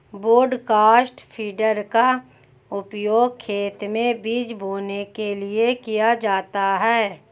broadcast feeder का उपयोग खेत में बीज बोने के लिए किया जाता है